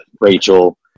Rachel